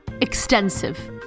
Extensive